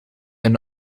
and